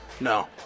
No